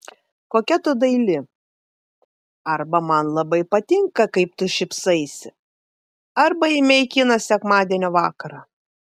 kokia tu daili arba man labai patinka kaip tu šypsaisi arba eime į kiną sekmadienio vakarą